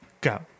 Go